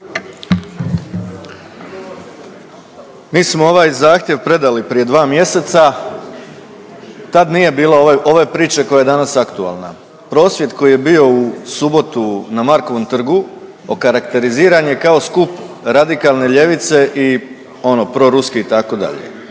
Mi smo ovaj zahtjev predali prije dva mjeseca, tad nije bilo ove priče koja je danas aktualna. Prosvjed koji je bio u subotu na Markovom trgu okarakteriziran je kao skup radikalne ljevice i ono proruski itd., e